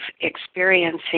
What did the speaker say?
experiencing